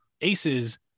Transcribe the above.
Aces